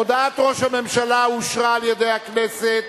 הודעת ראש הממשלה אושרה על-ידי הכנסת.